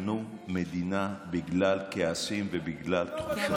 תשנו מדינה בגלל כעסים ובגלל תחושות.